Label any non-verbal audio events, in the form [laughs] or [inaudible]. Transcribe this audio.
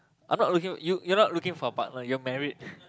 I'm not looking you you're not looking for partner you're married [laughs]